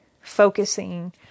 focusing